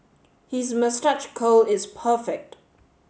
his moustache curl is perfect